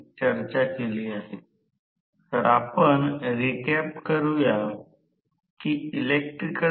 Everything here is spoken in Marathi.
वाहक हा चुंबक हाताच्या बाजूस गती B ने ओढा नंतर तो फ्लक्स कापेल